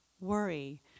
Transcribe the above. worry